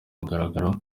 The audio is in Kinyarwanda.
mugaragaro